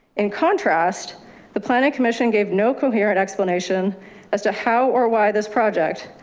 in contrast the planning commission gave no coherent explanation as to how or why this project,